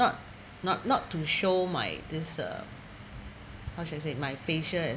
not not not to show my this uh how should I say my facial